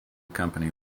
company